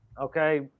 Okay